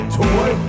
toy